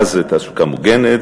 מה זה תעסוקה מוגנת,